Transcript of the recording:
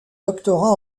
doctorat